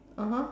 (uh huh)